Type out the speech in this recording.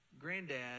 granddad